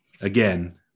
again